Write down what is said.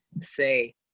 say